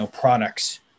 products